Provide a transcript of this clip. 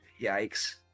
Yikes